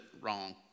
wrong